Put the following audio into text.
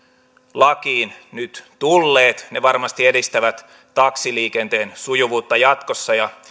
lakiin nyt tulleet ne varmasti edistävät taksiliikenteen sujuvuutta jatkossa